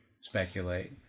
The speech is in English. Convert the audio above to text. speculate